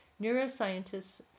Neuroscientists